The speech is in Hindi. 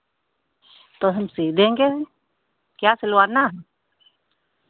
तो हम सिल देंगे क्या सिलवाना है